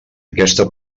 aquesta